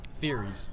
theories